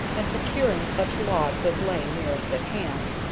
and securing such logs as lay nearest at hand.